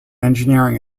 engineering